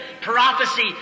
prophecy